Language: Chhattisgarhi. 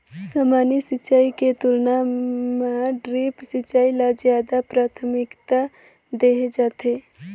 सामान्य सिंचाई के तुलना म ड्रिप सिंचाई ल ज्यादा प्राथमिकता देहे जाथे